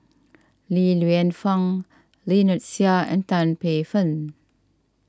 Li Lienfung Lynnette Seah and Tan Paey Fern